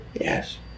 Yes